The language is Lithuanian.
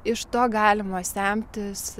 iš to galima semtis